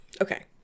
Okay